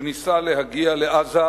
שניסה להגיע לעזה,